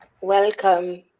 Welcome